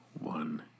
one